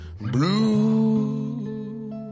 blue